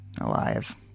alive